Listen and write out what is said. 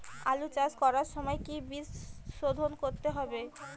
আলু চাষ করার সময় কি বীজ শোধন করতে হবে?